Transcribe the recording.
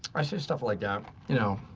i say stuff like that, you know,